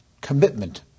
commitment